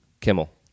Kimmel